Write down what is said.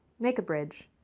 make a bridge.